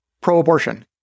pro-abortion